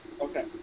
Okay